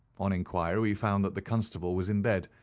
on enquiry we found that the constable was in bed,